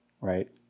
right